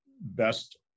best